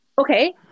Okay